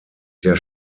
der